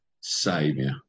saviour